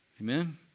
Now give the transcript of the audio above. Amen